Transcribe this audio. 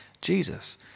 Jesus